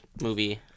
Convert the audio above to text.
movie